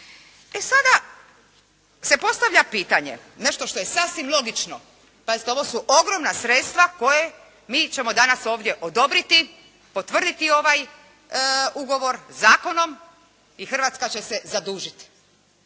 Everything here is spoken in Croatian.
I sada se postavlja pitanje nešto što je sasvim logično, ovo su ogromna sredstva koja ćemo mi danas ovdje odobriti, potvrditi ovaj Ugovor zakonom i Hrvatska će se zadužiti.